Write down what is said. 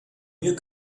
mieux